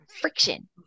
Friction